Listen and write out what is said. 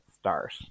start